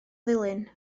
ddulyn